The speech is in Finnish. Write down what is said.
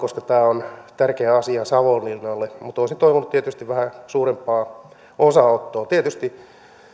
koska tämä on tärkeä asia savonlinnalle mutta olisin toivonut tietysti vähän suurempaa osanottoa tietysti